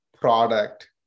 product